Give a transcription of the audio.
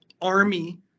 army